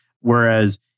Whereas